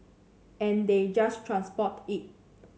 and they just transport it